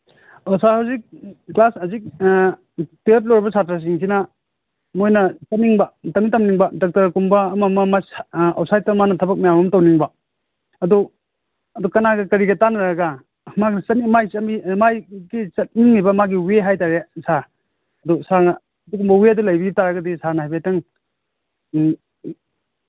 ꯑꯣ ꯁꯥꯔ ꯍꯧꯖꯤꯛ ꯀ꯭ꯂꯥꯁ ꯍꯧꯖꯤꯛ ꯇ꯭ꯋꯦꯜꯐ ꯂꯣꯏꯕ ꯁꯥꯇ꯭ꯔꯁꯤꯡꯁꯤꯅ ꯃꯣꯏꯅ ꯆꯠꯅꯤꯡꯕ ꯇꯝꯅꯤꯡ ꯇꯝꯅꯤꯡꯕ ꯗꯣꯛꯇꯔꯒꯨꯝꯕ ꯑꯃ ꯑꯃ ꯑꯃ ꯑꯥꯎꯁꯥꯏꯠꯇ ꯃꯥꯅ ꯊꯕꯛ ꯃꯌꯥꯝ ꯑꯃ ꯇꯧꯅꯤꯡꯕ ꯑꯗꯨ ꯑꯗꯨ ꯀꯅꯥꯒ ꯀꯔꯤꯒ ꯇꯥꯅꯔꯒ ꯃꯥꯒꯤ ꯆꯠꯅꯤꯡꯉꯤꯕ ꯃꯥꯒꯤ ꯋꯦ ꯍꯥꯏ ꯇꯥꯔꯦ ꯁꯥꯔ ꯑꯗꯨ ꯁꯥꯔꯅ ꯑꯗꯨꯒꯨꯝꯕ ꯋꯦꯗꯨ ꯂꯩꯕꯤ ꯇꯥꯔꯒꯗꯤ ꯁꯥꯔꯅ ꯍꯥꯏꯐꯦꯠꯇꯪ